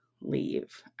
leave